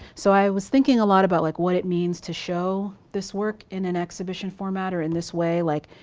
so i was thinking a lot about like what it means to show this work in an exhibition format or in this way. like